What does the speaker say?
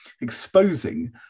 exposing